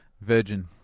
Virgin